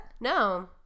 No